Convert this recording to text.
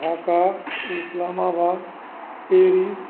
Dhaka Islamabad Paris